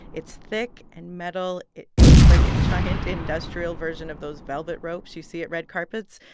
it's thick and metal. it looks like a giant industrial version of those velvet ropes you see at red carpets,